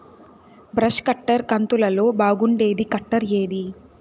Brush cutter కంతులలో బాగుండేది cutter ఏది?